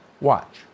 Watch